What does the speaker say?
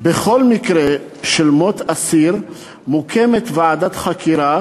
"בכל מקרה של מות אסיר מוקמת ועדת חקירה,